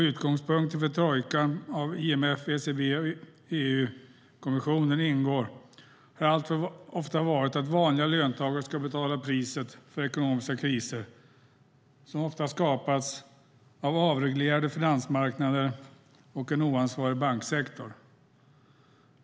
Utgångspunkten för trojkan, där IMF, ECB och EU-kommissionen ingår, har alltför ofta varit att vanliga löntagare ska betala priset för ekonomiska kriser som ofta skapats av avreglerade finansmarknader och en oansvarig banksektor.